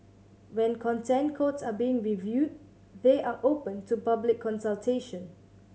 when Content Codes are being reviewed they are open to public consultation